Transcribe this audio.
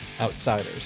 outsiders